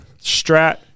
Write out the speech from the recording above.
strat